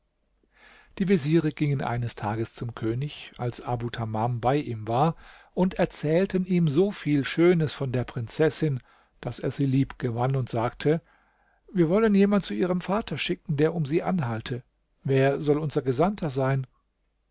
die veziere gingen eines tages zum könig als abu tamam bei ihm war und erzählten ihm so viel schönes von der prinzessin daß er sie lieb gewann und sagte wir wollen jemand zu ihrem vater schicken der um sie anhalte wer soll unser gesandter sein